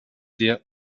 sehr